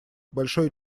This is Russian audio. большое